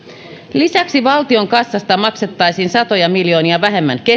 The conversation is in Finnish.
lisäksi valtion kassasta maksettaisiin satoja miljoonia vähemmän